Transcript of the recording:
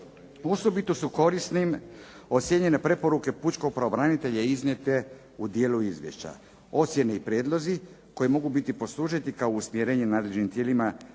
Osobito su korisnim ocijenjene preporuke pučkog pravobranitelja iznijete u dijelu izvješća, ocjene i prijedlozi koji mogu poslužiti kao usmjerenje nadležnim tijelima